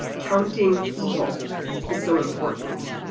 counting people is so important.